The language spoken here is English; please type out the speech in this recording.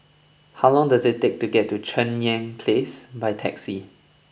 how long does it take to get to Cheng Yan Place by taxi